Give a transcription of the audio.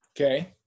Okay